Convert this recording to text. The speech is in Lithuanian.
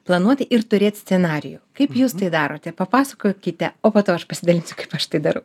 planuoti ir turėt scenarijų kaip jūs tai darote papasakokite o po to aš pasidalinsiu kaip aš tai darau